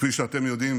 כפי שאתם יודעים,